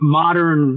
modern